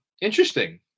interesting